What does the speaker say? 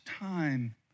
time